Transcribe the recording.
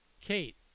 Kate